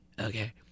okay